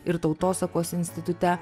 ir tautosakos institute